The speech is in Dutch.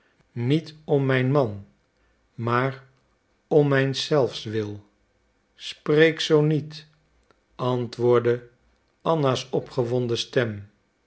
niet om mijn man maar om mijns zelfs wil spreek zoo niet antwoordde anna's opgewonden stem